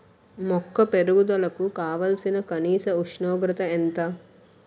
మొక్క పెరుగుదలకు కావాల్సిన కనీస ఉష్ణోగ్రత ఎంత?